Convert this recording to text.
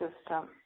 system